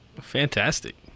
Fantastic